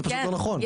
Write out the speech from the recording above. זה פשוט לא נכון.